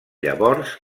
llavors